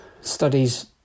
Studies